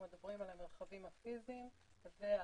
אנחנו מדברים על המרחבים הפיזיים והווירטואליים,